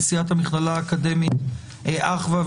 נשיאת המכללה האקדמית אחווה,